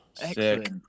Excellent